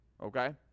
Okay